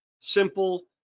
simple